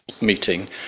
meeting